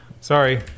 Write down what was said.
Sorry